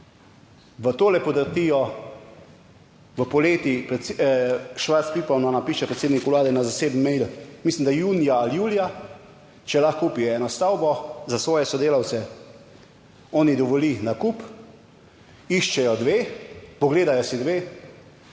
v to podrtijo v poleti, Švarc Pipanova napiše predsedniku Vlade na zasebni mail, mislim, da junija ali julija, če lahko kupi eno stavbo za svoje sodelavce, on ji dovoli nakup, iščejo dve, pogledajo si dve,